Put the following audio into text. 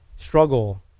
struggle